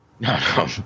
No